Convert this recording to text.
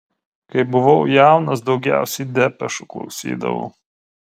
kai buvau jaunas daugiausiai depešų klausydavau